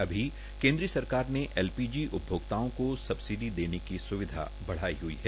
अभी के य सरकार ने एलपीजी उपभो ताओं को सब सडी देने क सु वधा बढ़ाई हुई है